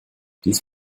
dies